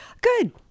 Good